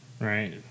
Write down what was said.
right